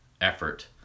effort